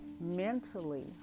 mentally